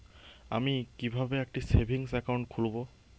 আমি কিভাবে একটি সেভিংস অ্যাকাউন্ট খুলব?